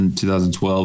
2012